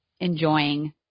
Enjoying